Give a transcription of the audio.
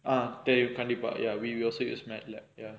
ah தெரியும் கண்டிப்பா:theriyum kandippaa ya we also use MatLab ya